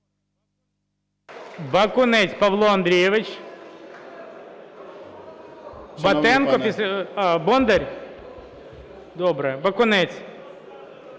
Бакунець Павло Андрійович. Батенко… А, Бондар. Добре. Бакунець.